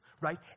Right